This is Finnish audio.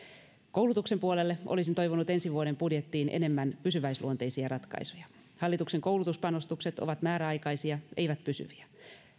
koulutuksen puolelle olisin toivonut ensi vuoden budjettiin enemmän pysyväisluonteisia ratkaisuja hallituksen koulutuspanostukset ovat määräaikaisia eivät pysyviä